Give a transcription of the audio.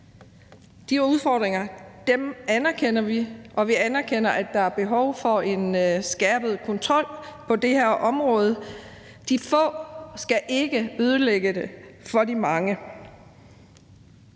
De udfordringer anerkender vi, og vi anerkender, at der er behov for en skærpet kontrol på det her område. De få skal ikke ødelægge det for de mange.